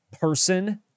person